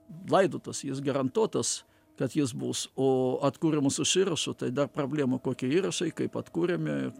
laiduotas jis garantuotas kad jis bus o atkuriamos iš įrašų tai dar problema kokie įrašai kaip atkuriami